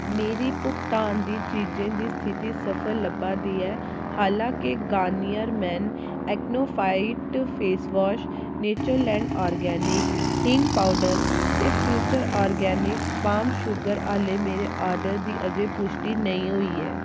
मेरी भुगतान दी चीजें दी स्थिति सफल लब्भा दी ऐ हालां के Garnier men Acnofight face wash Natureland organics हिंग पौडर ते फ्यूचर ऑर्गेनिक्स पाम शुगर आह्ले मेरे आर्डर दी अजें पुश्टि नेईं होई ऐ